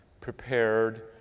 prepared